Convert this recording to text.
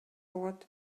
болот